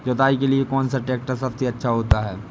जुताई के लिए कौन सा ट्रैक्टर सबसे अच्छा होता है?